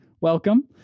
welcome